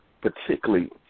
Particularly